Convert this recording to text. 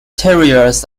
terriers